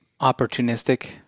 opportunistic